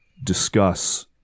Discuss